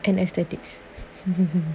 and aesthetics